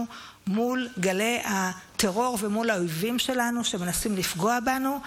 מול גלי הטרור ומול האויבים שלנו שמנסים לפגוע בנו,